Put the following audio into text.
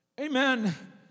Amen